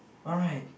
alright